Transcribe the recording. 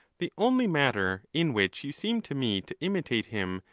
the only matter in which you seem to me to imitate him,